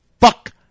Fuck